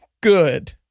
good